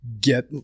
get